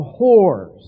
whores